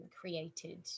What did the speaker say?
created